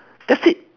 that's it